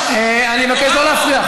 אני מבקש לא להפריע.